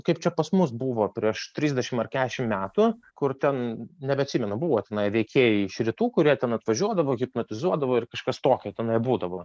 kaip čia pas mus buvo prieš trisdešimt ar keturiasdešimt metų kur ten nebeatsimenu buvo tenai veikėjai iš rytų kurie ten atvažiuodavo hipnotizuodavo ir kažkas tokio tenai būdavo